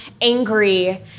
angry